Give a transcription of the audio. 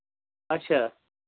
اَچھا